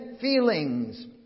feelings